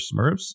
Smurfs